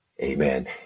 Amen